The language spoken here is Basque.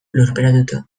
lurperatuta